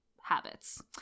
habits